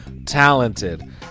Talented